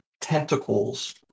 tentacles